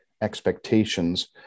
expectations